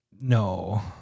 No